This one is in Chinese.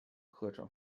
课程